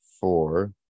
four